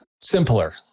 simpler